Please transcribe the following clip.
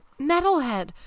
Metalhead